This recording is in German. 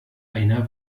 einer